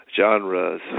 genres